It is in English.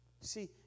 See